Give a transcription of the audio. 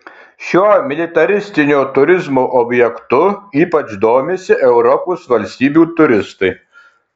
šiuo militaristinio turizmo objektu ypač domisi europos valstybių turistai